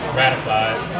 ratified